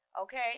okay